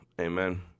Amen